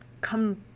come